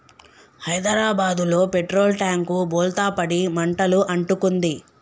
హైదరాబాదులో petrol tank బోల్తా పడి మంటలు అంటుకుంది